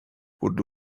would